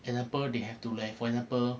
an apple they have to like for example